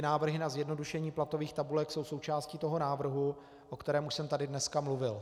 Návrhy na zjednodušení platových tabulek jsou součástí návrhu, o kterém už jsem tady dneska mluvil.